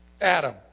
Adam